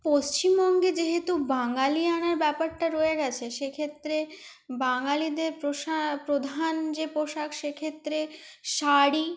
পশ্চিমবঙ্গে যেহেতু বাঙালিয়ানার ব্যাপারটা রয়ে গেছে সেক্ষেত্রে বাঙালিদের প্রশা প্রধান যে পোশাক সেক্ষেত্রে শাড়ি